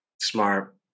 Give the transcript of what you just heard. Smart